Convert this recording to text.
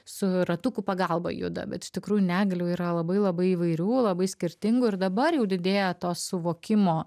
su ratukų pagalba juda bet iš tikrųjų negalių yra labai labai įvairių labai skirtingų ir dabar jau didėja to suvokimo